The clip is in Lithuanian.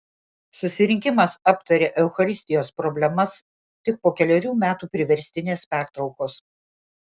susirinkimas aptarė eucharistijos problemas tik po kelerių metų priverstinės pertraukos